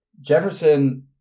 Jefferson